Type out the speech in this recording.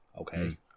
Okay